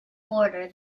border